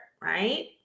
Right